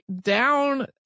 down